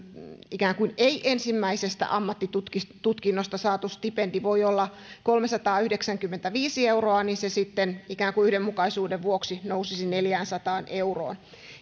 ikään kuin ei ensimmäisestä ammattitutkinnosta saatu stipendi voi olla kolmesataayhdeksänkymmentäviisi euroa niin se sitten ikään kuin yhdenmukaisuuden vuoksi nousisi neljäänsataan euroon